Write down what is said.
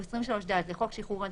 או 23(ד) לחוק שחרור על-תנאי,